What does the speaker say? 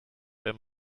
wenn